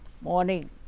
morning